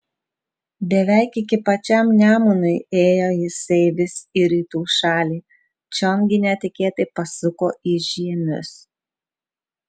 beveik iki pačiam nemunui ėjo jisai vis į rytų šalį čion gi netikėtai pasuko į žiemius